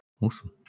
Awesome